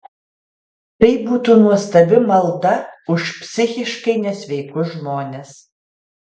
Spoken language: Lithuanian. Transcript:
tai būtų nuostabi malda už psichiškai nesveikus žmones